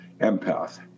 empath